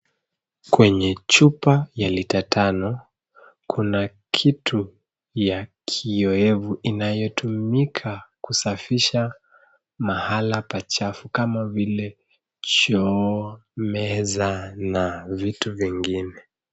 Kwenye chupa ya lita tano kuna kitu ya kioevu inayotumika kusafisha mahala pachafu kama vile choo, meza na vitu vingine.